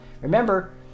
Remember